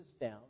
down